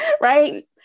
right